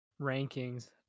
rankings